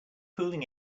fooling